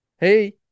Hey